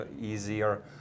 easier